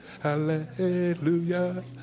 hallelujah